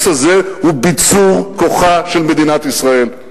הוא ביצור כוחה של מדינת ישראל.